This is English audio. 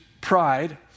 pride